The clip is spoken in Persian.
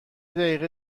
دقیقه